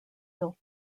built